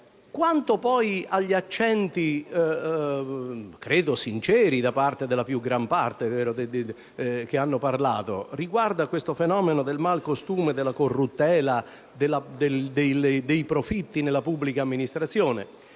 Quanto poi agli accenti, credo sinceri da parte della grande maggioranza di coloro che hanno parlato, usati riguardo al fenomeno del malcostume, della corruttela, dei profitti nella pubblica amministrazione,